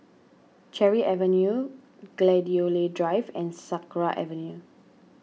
Cherry Avenue Gladiola Drive and Sakra Avenue